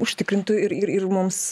užtikrintų ir ir ir mums